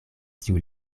tiu